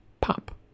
pop